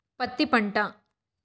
పత్తి పంట